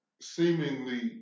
seemingly